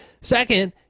Second